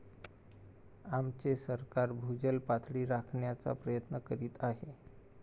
आमचे सरकार भूजल पातळी राखण्याचा प्रयत्न करीत आहे